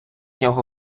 нього